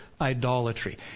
idolatry